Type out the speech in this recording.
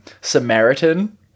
Samaritan